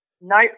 Nope